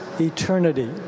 eternity